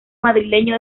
madrileño